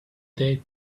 day